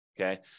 okay